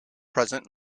present